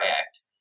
Act